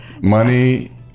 money